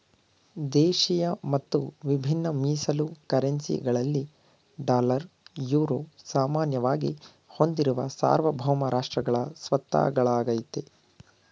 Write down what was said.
ದೇಶಿಯ ಮತ್ತು ವಿಭಿನ್ನ ಮೀಸಲು ಕರೆನ್ಸಿ ಗಳಲ್ಲಿ ಡಾಲರ್, ಯುರೋ ಸಾಮಾನ್ಯವಾಗಿ ಹೊಂದಿರುವ ಸಾರ್ವಭೌಮ ರಾಷ್ಟ್ರಗಳ ಸ್ವತ್ತಾಗಳಾಗೈತೆ